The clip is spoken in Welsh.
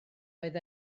oedd